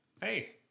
Hey